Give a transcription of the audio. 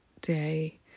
day